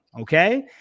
okay